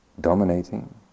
dominating